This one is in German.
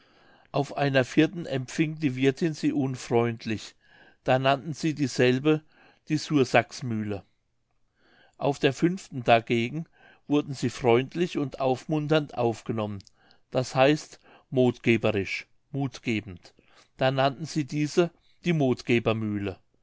auf einer vierten empfing die wirthin sie unfreundlich da nannten sie dieselbe die sursacksmühle auf der fünften dagegen wurden sie freundlich und aufmunternd aufgenommen d h motgeberisch muthgebend da nannten sie diese die